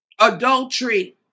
Adultery